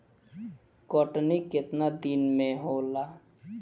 कटनी केतना दिन में होला?